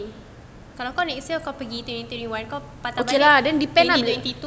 kalau kau next year kau pergi twenty twenty one kau patah balik twenty twenty two